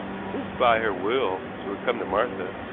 and, since by her will it would come to martha,